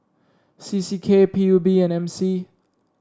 C C K P U B and M C